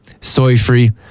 soy-free